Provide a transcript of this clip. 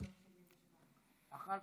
מחאת